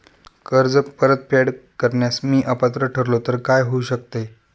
कर्ज परतफेड करण्यास मी अपात्र ठरलो तर काय होऊ शकते?